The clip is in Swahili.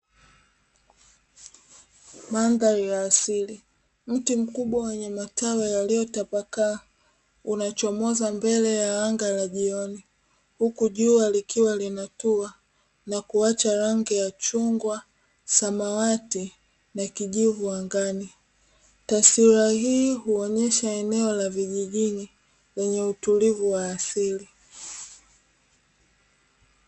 Mandhari ya asili. Mti mkubwa wenye matawi yaliyotapakaa unachomoza mbele ya anga la jioni, huku jua likiwa linatua na kuacha rangi ya: chungwa, samawati na kijivu angani. Taswira hii huonyesha eneo la vijijini lenye utulivu wa asili.